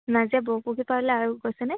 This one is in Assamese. নাজিৰা বৰপুখুৰী পাৰলৈ আৰু গৈছেনে